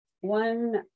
one